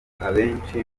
abenshi